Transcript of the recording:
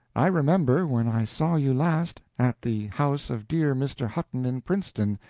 i remember, when i saw you last, at the house of dear mr. hutton, in princeton,